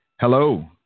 Hello